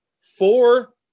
Four